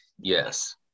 yes